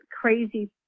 crazy